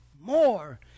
more